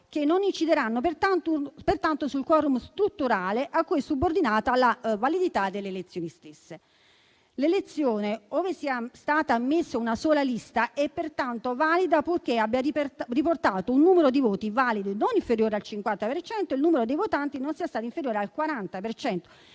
che non incideranno pertanto sul *quorum* strutturale a cui è subordinata la validità delle elezioni stesse. L'elezione, ove sia stata ammessa una sola lista, è pertanto valida purché abbia riportato un numero di voti validi non inferiore al 50 per cento e il numero dei votanti non sia stato inferiore al 40